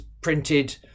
printed